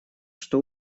что